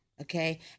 Okay